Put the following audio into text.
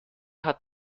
hat